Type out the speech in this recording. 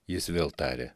jis vėl tarė